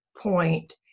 point